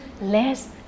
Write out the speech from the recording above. less